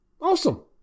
Awesome